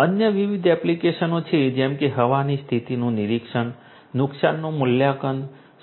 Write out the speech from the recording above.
અન્ય વિવિધ એપ્લિકેશનો છે જેમ કે હવામાનની સ્થિતિનું નિરીક્ષણ નુકસાનનું મૂલ્યાંકન